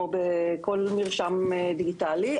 כמו בכל מרשם דיגיטלי,